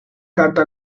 carta